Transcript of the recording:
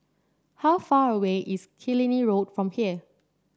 how far away is Killiney Road from here